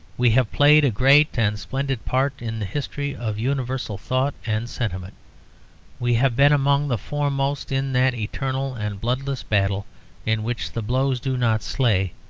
we have played a great and splendid part in the history of universal thought and sentiment we have been among the foremost in that eternal and bloodless battle in which the blows do not slay,